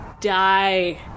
die